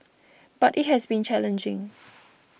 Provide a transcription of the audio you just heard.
but it has been challenging